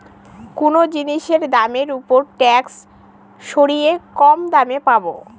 কোনো জিনিসের দামের ওপর ট্যাক্স সরিয়ে কম দামে পাবো